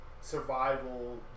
survival